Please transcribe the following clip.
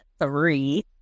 three